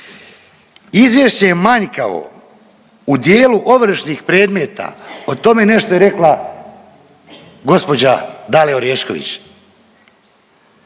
Izvješće je manjkavo u dijelu ovršnih predmeta o tome je nešto rekla gospođa Dalija Orešković